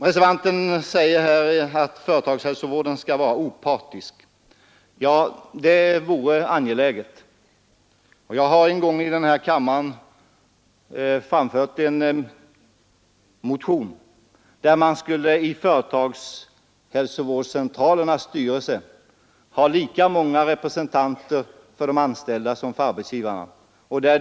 Reservanten anför att företagshälsovården skall vara opartisk. Ja, det vore angeläget. Jag har en gång i denna kammare väckt en motion, enligt vilken en företagshälsovårdscentrals styrelse skulle ha lika många representanter för de anställda som för arbetsgivaren.